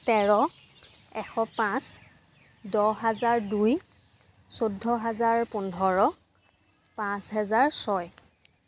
তেৰ এশ পাঁচ দহ হাজাৰ দুই চৌধ্য হাজাৰ পোন্ধৰ পাঁচ হাজাৰ ছয়